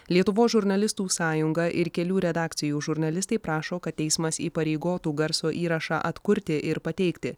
lietuvos žurnalistų sąjunga ir kelių redakcijų žurnalistai prašo kad teismas įpareigotų garso įrašą atkurti ir pateikti